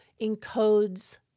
encodes